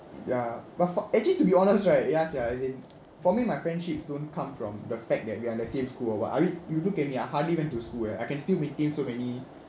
ya but for actually to be honest right just as in for me my friendships don't come from the fact that we are in the same school or what are we you look at me I hardly went to school eh I can still maintain so many